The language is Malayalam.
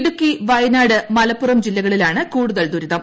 ഇടുക്കി വയനാട് മലപ്പുറം ജില്ലകളിലാണ് കൂടുതൽ ദുരിതം